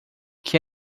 que